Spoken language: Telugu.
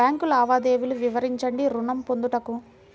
బ్యాంకు లావాదేవీలు వివరించండి ఋణము పొందుటకు?